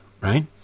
right